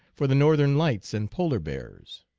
for the northern lights and polar bears.